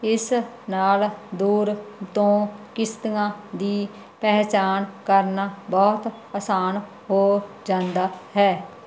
ਇਸ ਨਾਲ ਦੂਰ ਤੋਂ ਕਿਸ਼ਤੀਆਂ ਦੀ ਪਹਿਚਾਣ ਕਰਨਾ ਬਹੁਤ ਅਸਾਨ ਹੋ ਜਾਂਦਾ ਹੈ